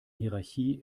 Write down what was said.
hierarchie